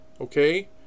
okay